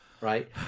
Right